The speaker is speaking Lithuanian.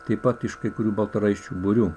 taip pat iš kai kurių baltaraiščių būrių